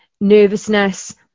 nervousness